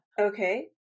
okay